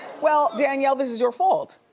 well, danielle, this is your fault.